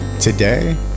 Today